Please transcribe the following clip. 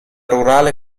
rurale